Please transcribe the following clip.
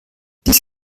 dies